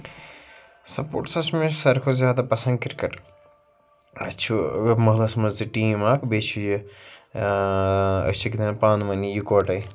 سَپوٹسَس مےٚ چھِ ساروی کھۄتہٕ زیادٕ پَسنٛد کِرکٹ اَسہِ چھُ وۄنۍ محلَس منٛز تہِ ٹیٖم اکھ بیٚیہِ چھُ یہِ أسۍ چھِ گِنٛدان پانہٕ ؤنی یِکوٹَے